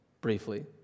Briefly